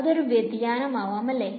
അതൊരു വ്യതിയാനംആവാം അല്ലെ